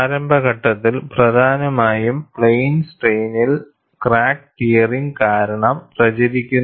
പ്രാരംഭ ഘട്ടത്തിൽ പ്രധാനമായും പ്ലെയിൻ സ്ട്രെയിനിൽ ക്രാക്ക് ടീയറിങ് കാരണം പ്രചരിക്കുന്നു